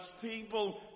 people